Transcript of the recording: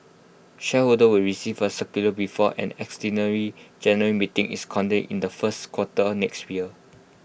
shareholders will receive A circular before an extraordinary general meeting is convened in the first quarter next year